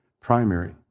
primary